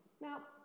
Now